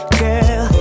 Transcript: girl